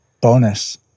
Bonus